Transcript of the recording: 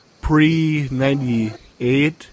pre-98